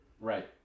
Right